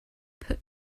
put